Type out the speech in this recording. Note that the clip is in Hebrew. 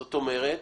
זאת אומרת,